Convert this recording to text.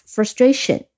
Frustration